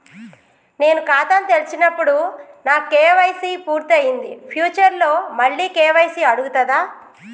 నేను ఖాతాను తెరిచినప్పుడు నా కే.వై.సీ పూర్తి అయ్యింది ఫ్యూచర్ లో మళ్ళీ కే.వై.సీ అడుగుతదా?